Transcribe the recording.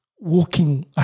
walking